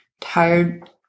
tired